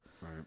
Right